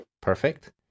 Perfect